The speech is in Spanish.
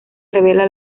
revela